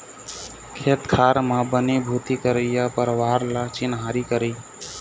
खेत खार म बनी भूथी करइया परवार ल चिन्हारी करई